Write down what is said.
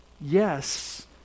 Yes